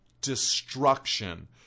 destruction